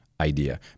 idea